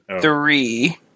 three